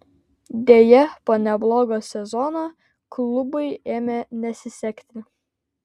deja po neblogo sezono klubui ėmė nesisekti